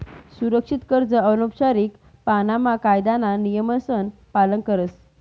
सुरक्षित कर्ज औपचारीक पाणामा कायदाना नियमसन पालन करस